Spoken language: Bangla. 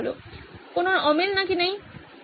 কোনো অমিল নাকি একই